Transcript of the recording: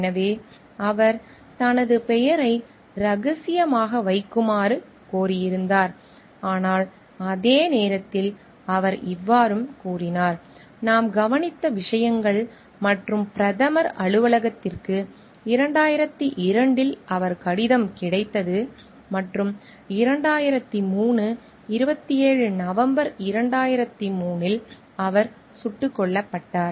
எனவே அவர் தனது பெயரை ரகசியமாக வைக்குமாறு கோரியிருந்தார் ஆனால் அதே நேரத்தில் அவர் இவ்வாறு கூறினார் நாம் கவனித்த விஷயங்கள் மற்றும் பிரதமர் அலுவலகத்திற்கு 2002 இல் அவரது கடிதம் கிடைத்தது மற்றும் 2003 27 நவம்பர் 2003 இல் அவர் சுட்டுக் கொல்லப்பட்டார்